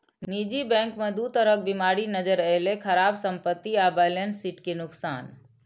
निजी बैंक मे दू तरह बीमारी नजरि अयलै, खराब संपत्ति आ बैलेंस शीट के नुकसान